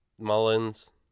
Mullins